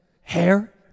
Hair